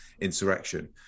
insurrection